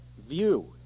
view